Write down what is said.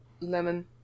lemon